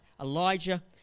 elijah